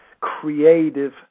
creative